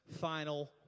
final